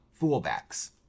fullbacks